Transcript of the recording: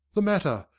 the matter?